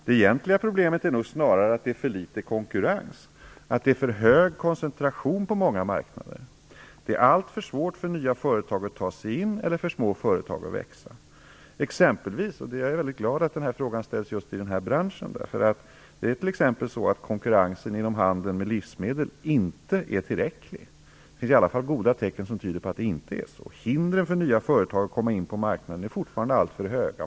Det egentliga problemet är snarare att det är för litet konkurrens, att det är för hög koncentration på många marknader. Det är alltför svårt för nya företag att ta sig in eller för små företag att växa. Jag är glad att frågan ställdes just om den här branschen, därför att det är t.ex. så att konkurrensen inom handeln med livsmedel inte är tillräcklig. Det finns i alla fall goda tecken som tyder på att det inte är så. Hindren för nya företag att komma in på marknaden är fortfarande alltför höga.